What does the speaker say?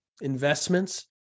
investments